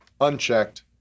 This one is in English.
unchecked